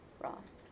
Ross